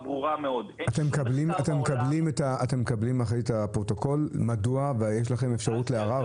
אתם מקבלים אחרי כן את הפרוטוקול כדי לדעת מדוע ויש לכם אפשרות לערר?